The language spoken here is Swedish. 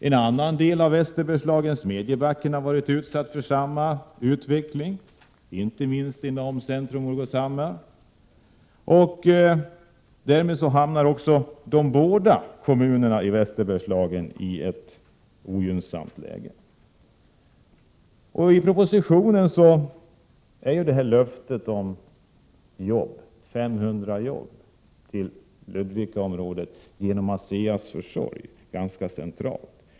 En annan del av Västerbergslagen, Smedjebacken, har varit utsatt för samma utveckling, inte minst inom Centro-Morgårdshammar. Därmed hamnar de båda kommunerna i Västerbergslagen i ett ogynnsamt läge. I propositionen är löftet om 500 arbetstillfällen till Ludvikaområdet genom ASEA: s försorg centralt.